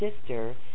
sister